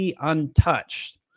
untouched